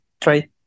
try